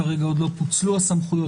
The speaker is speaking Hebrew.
כרגע עוד לא פוצלו הסמכויות,